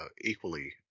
equally